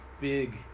big